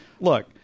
look